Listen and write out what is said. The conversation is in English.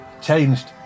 changed